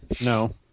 No